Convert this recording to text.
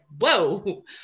Whoa